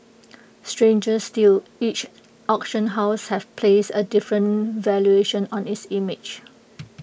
stranger still each auction house have placed A different valuation on its image